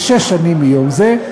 לשש שנים מיום זה,